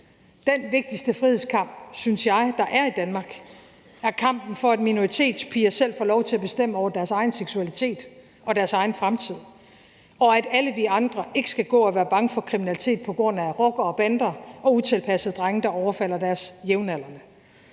Den vigtigste frihedskamp, der er i Danmark, synes jeg er kampen for, at piger med minoritetsbaggrund selv får lov til at bestemme over deres seksualitet og deres egen fremtid, og at alle vi andre ikke skal gå og være bange for kriminalitet på grund af rockere og bander og utilpassede drenge, der overfalder deres jævnaldrende.